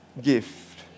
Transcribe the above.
gift